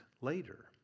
later